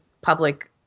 public